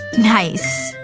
nice